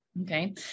Okay